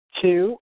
Two